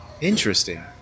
Interesting